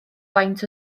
faint